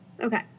Okay